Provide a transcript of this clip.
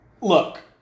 Look